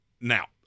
Now